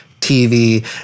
TV